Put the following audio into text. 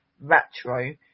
retro